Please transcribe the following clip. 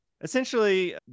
essentially